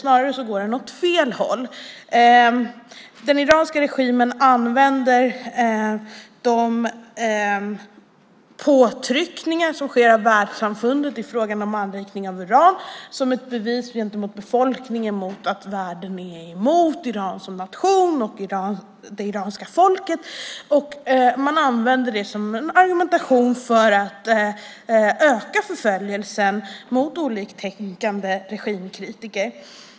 Snarare går den åt fel håll. Den iranska regimen använder världssamfundets påtryckningar i fråga om anrikning av uran som ett bevis gentemot befolkningen på att världen är emot Iran som nation och emot det iranska folket. Man använder det som argument för att öka förföljelsen av oliktänkande regimkritiker.